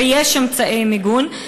ויש אמצעי מיגון.